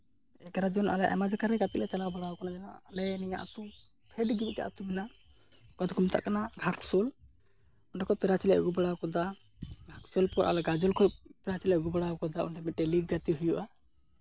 ᱮᱜᱟᱨᱚ ᱡᱚᱱ ᱟᱞᱮ ᱟᱭᱢᱟ ᱡᱟᱭᱜᱟ ᱨᱮᱜᱮ ᱜᱟᱛᱮᱜ ᱞᱮ ᱪᱟᱞᱟᱣ ᱵᱟᱲᱟᱣ ᱠᱟᱱᱟ ᱟᱞᱮ ᱱᱤᱭᱟᱹ ᱟᱛᱳ ᱯᱷᱮᱰ ᱜᱮ ᱮᱴᱟᱜ ᱟᱛᱳ ᱢᱮᱱᱟᱜᱼᱟ ᱚᱠᱚᱭ ᱫᱚᱠᱚ ᱢᱮᱛᱟᱜ ᱠᱟᱱᱟ ᱜᱷᱟᱴᱥᱳᱞ ᱚᱸᱰᱮ ᱠᱷᱚᱱ ᱯᱨᱟᱭᱤᱡᱽ ᱞᱮ ᱟᱹᱜᱩ ᱵᱟᱲᱟᱣ ᱠᱟᱫᱟ ᱜᱷᱟᱴᱥᱳᱞ ᱟᱞᱮ ᱜᱟᱡᱚᱞ ᱠᱷᱚᱱ ᱯᱨᱟᱭᱤᱡᱽ ᱞᱮ ᱟᱹᱜᱩ ᱵᱟᱲᱟ ᱟᱠᱟᱫᱟ ᱚᱸᱰᱮ ᱢᱤᱫᱴᱮᱱ ᱞᱤᱜᱽ ᱜᱟᱛᱮ ᱦᱩᱭᱩᱜᱼᱟ